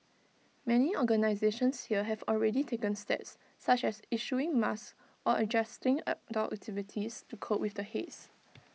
many organisations here have already taken steps such as issuing masks or adjusting outdoor activities to cope with the haze